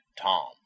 Tom